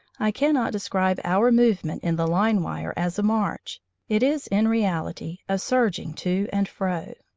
i cannot describe our movement in the line-wire as a march it is in reality a surging to and fro.